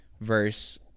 verse